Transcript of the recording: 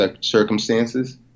circumstances